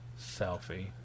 selfie